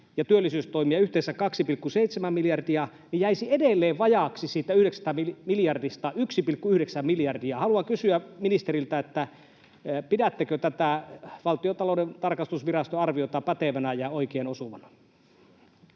ja työllisyystoimia yhteensä 2,7 miljardia — toteutuisivatkin, niin jäisi edelleen vajaaksi siitä 9 miljardista 1,9 miljardia. Haluan kysyä ministeriltä: pidättekö tätä Valtiontalouden tarkastusviraston arviota pätevänä ja oikein osuvana?